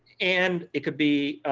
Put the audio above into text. and it could be